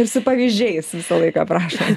ir su pavyzdžiais visą laiką prašom